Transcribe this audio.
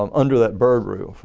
um under that byrd rule.